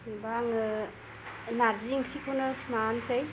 जेनबा आङो नारजि ओंख्रिखौनो माबानसै